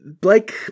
Blake